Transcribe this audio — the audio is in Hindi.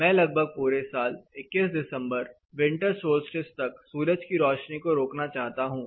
मैं लगभग पूरे साल 21 दिसंबर विंटर सोल्स्टिस तक सूरज की रोशनी को रोकना चाहता हूं